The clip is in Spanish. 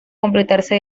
completarse